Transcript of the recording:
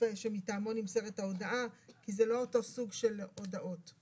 שמטעמו נמסרת ההודעה כי זה לא אותו סוג של הודעות.